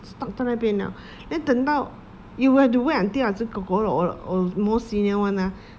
stuck 在那边了 then 等到 you have to wait until ah zi kor kor or or more senior [one] ah